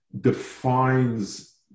defines